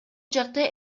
жакта